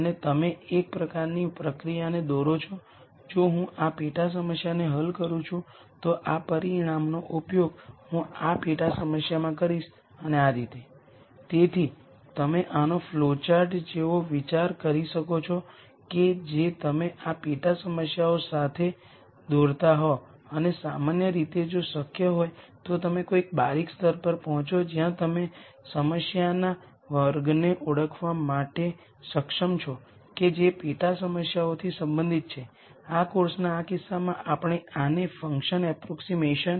હવે કારણ કે આ આઇગન વેક્ટર નલ સ્પેસમાં છે આઇગન વેક્ટરને અનુરૂપ આઇગન વેક્ટર શૂન્ય આઇગન વૅલ્યુ અથવા શૂન્ય આઇગન વૅલ્યુને અનુરૂપ આઇગનવેક્ટર છે વેરીએબ્લસ વચ્ચેના સંબંધોને ઓળખે છે કારણ કે આ આઇગનવેક્ટર મેટ્રિક્સની નલ સ્પેસમાં છે